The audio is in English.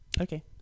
Okay